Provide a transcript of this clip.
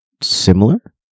similar